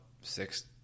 six